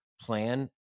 plan